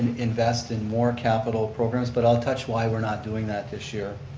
invest in more capital programs, but i'll touch why we're not doing that this year.